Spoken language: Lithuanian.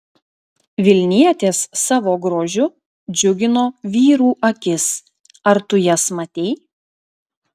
vilnietės savo grožiu džiugino vyrų akis ar tu jas matei